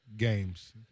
games